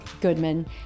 Goodman